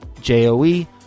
J-O-E